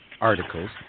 articles